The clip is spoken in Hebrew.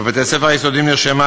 בבתי-הספר היסודיים נרשמה